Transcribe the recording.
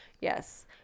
Yes